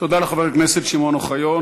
שמעון אוחיון.